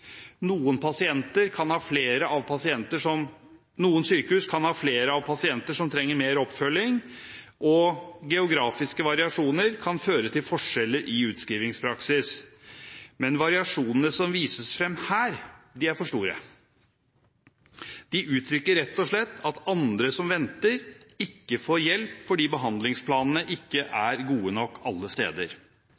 Noen sykehus kan ha flere pasienter som trenger mer oppfølging, og geografiske variasjoner kan føre til forskjeller i utskrivningspraksis. Men variasjonene som vises fram her, er for store. De uttrykker rett og slett at andre som venter, ikke får hjelp fordi behandlingsplanene ikke